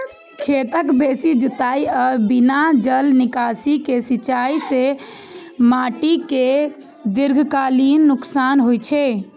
खेतक बेसी जुताइ आ बिना जल निकासी के सिंचाइ सं माटि कें दीर्घकालीन नुकसान होइ छै